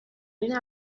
این